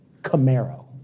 Camaro